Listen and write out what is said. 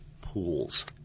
Pools